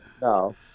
No